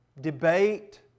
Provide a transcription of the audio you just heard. debate